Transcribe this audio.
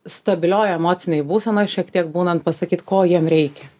stabilioj emocinėj būsenoj šiek tiek būnant pasakyt ko jiem reikia